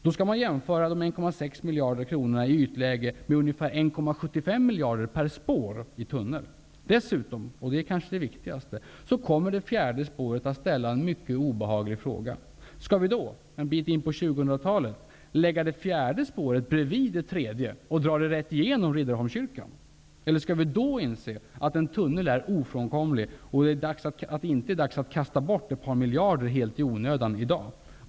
Då skall man jämföra de 1,6 Dessutom kommer det fjärde spåret -- och det är kanske det viktigaste -- att ställa en mycket obehaglig fråga. Skall vi då, en bit in på 2000-talet, lägga det fjärde spåret bredvid det tredje och dra det rätt igenom Riddarholmskyrkan? Eller skall vi då inse att en tunnel är ofrånkomlig och att det i dag inte finns anledning att kasta bort ett par miljarder helt i onödan?